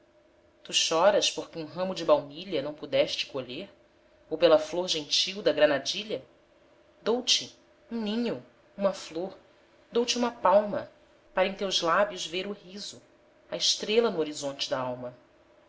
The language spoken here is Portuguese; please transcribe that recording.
tu choras porque um ramo de baunilha não pudeste colher ou pela flor gentil da granadilha dou-te um ninho uma flor dou-te uma palma para em teus lábios ver o riso a estrela no horizonte da alma